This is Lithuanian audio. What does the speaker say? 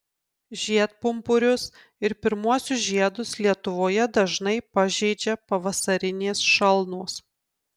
žiedpumpurius ir pirmuosius žiedus lietuvoje dažnai pažeidžia pavasarinės šalnos